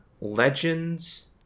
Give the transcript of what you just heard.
Legends